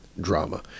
drama